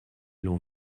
l’on